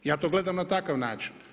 Ja to gledam na takav način.